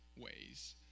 ways